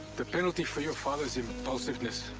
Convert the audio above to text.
the penalty for your father's impulsiveness,